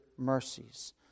mercies